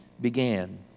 began